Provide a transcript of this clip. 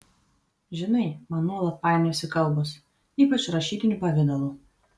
žinai man nuolat painiojasi kalbos ypač rašytiniu pavidalu